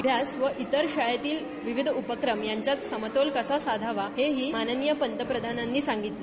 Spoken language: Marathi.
इतिहास व इतर शाळेतील विविध उपक्रम यांच्यात समतोल कसा साधावा हे ही माननिय पंतप्रधानांनी सांगितलं